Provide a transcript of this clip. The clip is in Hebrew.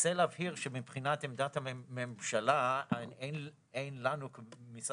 רוצה להבהיר שמבחינת עמדת הממשלה אין לנו כמשרד